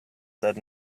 said